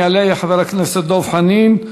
יעלה חבר הכנסת דב חנין,